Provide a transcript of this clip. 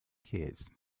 kids